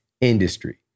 industry